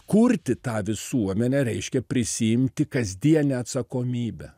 kurti tą visuomenę reiškia prisiimti kasdienę atsakomybę